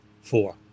four